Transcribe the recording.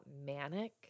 manic